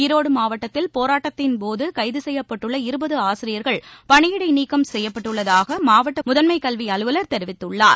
ஈரோடு மாவட்டத்தில் போராட்டத்தின் போது கைது செய்யப்பட்டுள்ள இருபது ஆசிரியர்கள் பணியிடை நீக்கம் செய்யப்பட்டுள்ளதாக மாவட்ட முதன்மைக் கல்வி அலுவலர் தெரிவித்துள்ளார்